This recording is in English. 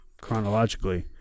chronologically